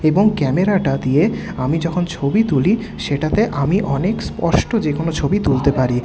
এবং ক্যামেরাটা দিয়ে আমি যখন ছবি তুলি সেটাতে আমি অনেক স্পষ্ট যে কোনো ছবি তুলতে পারি